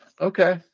Okay